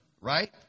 right